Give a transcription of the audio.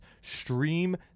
Stream